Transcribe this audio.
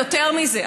יותר מזה,